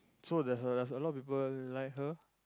so there have a lot of people like her